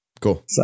Cool